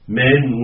men